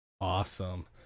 Awesome